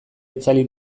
itzali